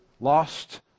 lost